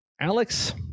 Alex